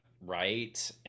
right